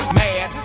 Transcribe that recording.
mad